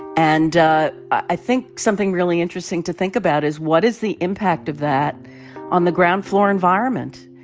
and i think something really interesting to think about is what is the impact of that on the ground floor environment?